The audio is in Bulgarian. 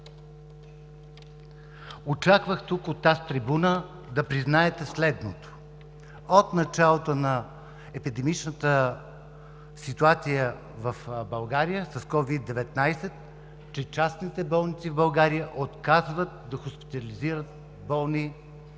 очаквах тук от тази трибуна да признаете следното: от началото на епидемичната ситуация в България с COVID-19 частните болници в България отказват да хоспитализират болни и